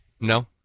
no